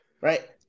right